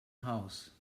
house